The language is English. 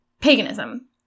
paganism